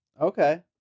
Okay